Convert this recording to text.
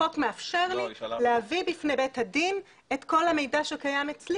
החוק מאפשר לי להביא בפני בית הדין את כל המידע שקיים אצלי